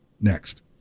Next